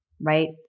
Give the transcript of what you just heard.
right